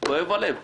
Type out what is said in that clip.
כואב הלב.